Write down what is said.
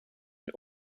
een